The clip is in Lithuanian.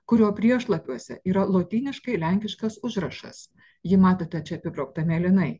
kurio priešlapiuose yra lotyniškai lenkiškas užrašas jį matote čia apibraukta mėlynai